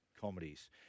comedies